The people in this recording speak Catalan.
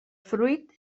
fruit